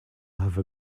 have